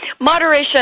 Moderation